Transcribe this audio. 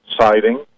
siding